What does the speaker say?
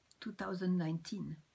2019